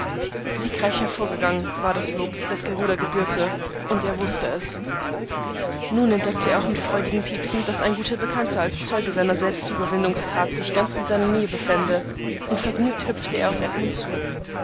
siegreich hervorgegangen war das lob das garuda gebührte und er wußte es nun entdeckte er auch mit freudigem piepsen daß ein guter bekannter als zeuge seiner selbstüberwindungstat sich ganz in seiner nähe befände und vergnügt hüpfte er auf edmund zu